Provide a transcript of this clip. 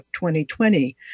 2020